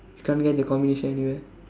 you can't get the combination anywhere